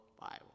Bible